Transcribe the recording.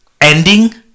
ending